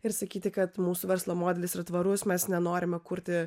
ir sakyti kad mūsų verslo modelis yra tvarus mes nenorime kurti